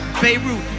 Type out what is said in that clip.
Beirut